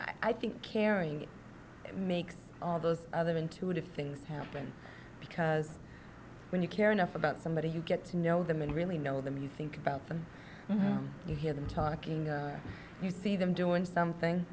i think caring makes all those other intuitive things happen because when you care enough about somebody you get to know them and really know them you think about them you hear them talking and you see them doing something